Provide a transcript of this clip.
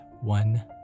One